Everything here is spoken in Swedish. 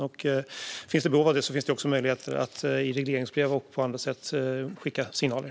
Om det finns behov finns det också möjligheter att i regleringsbrev och på andra sätt skicka signaler.